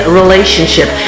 relationship